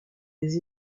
des